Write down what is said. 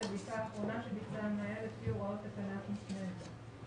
הבדיקה האחרונה שביצע המנהל לפי הוראות תקנת משנה זו.